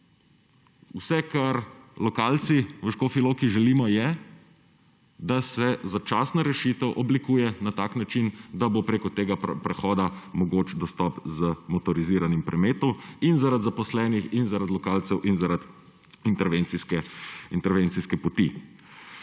Vse, kar lokalci v Škofji Loki želimo, je, da se začasna rešitev oblikuje na tak način, da bo preko tega prehoda mogoč dostop z motoriziranim prometom in zaradi zaposlenih in zaradi lokalcev in zaradi intervencijske poti.